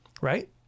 Right